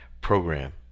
program